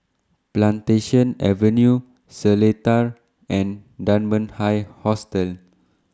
Plantation Avenue Seletar and Dunman High Hostel